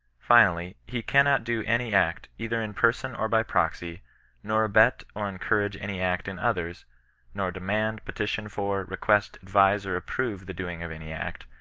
finally, he cannot do any act, either in person or by proxy nor abet or encourage any act in others nor demand, petition for, request advise or approve the doing of any act,